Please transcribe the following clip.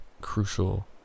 crucial